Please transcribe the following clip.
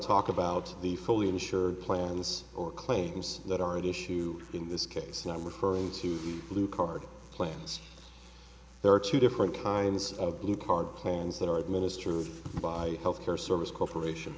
talk about the fully insured plans or claims that are at issue in this case and i'm referring to blue card plans there are two different kinds of blue card plans that are administered by health care service corporation